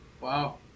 Wow